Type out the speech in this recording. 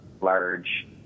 large